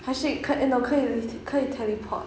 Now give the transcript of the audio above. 还是 cu~ no 可以 i~ 可以 teleport